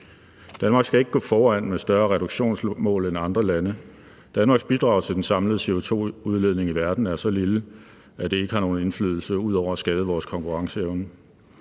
Danmark skal ikke gå foran med større reduktionsmål end andre lande. Danmarks bidrag til den samlede CO2-udledning i verden er så lille, at det ikke har nogen indflydelse ud over at skade vores konkurrenceevne.